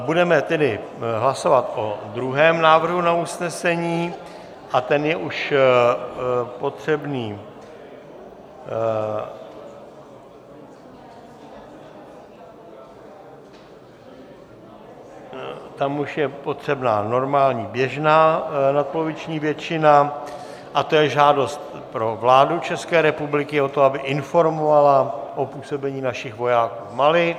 Budeme tedy hlasovat o druhém návrhu na usnesení a tam už je potřebná normální, běžná nadpoloviční většina, a to je žádost pro vládu České republiky, aby informovala o působení našich vojáků v Mali.